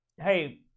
Hey